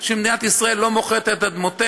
שמדינת ישראל לא מוכרת את אדמותיה,